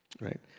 Right